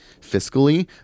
fiscally